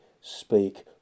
speak